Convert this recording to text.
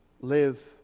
live